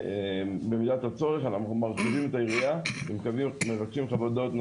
ובמידת הצורך אנחנו מרחיבים את היריעה ומבקשים